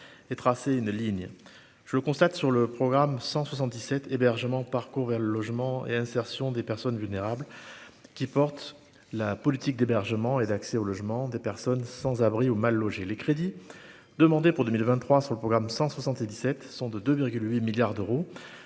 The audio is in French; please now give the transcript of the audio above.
et tracer une ligne, je le constate sur le programme 177 hébergement parcours vers le logement et insertion des personnes vulnérables, qui porte la politique d'hébergement et d'accès au logement des personnes sans abri ou mal logées, les crédits demandés pour 2023 sur le programme 177 sont de 2,8 milliards d'euros,